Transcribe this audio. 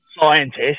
scientist